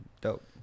dope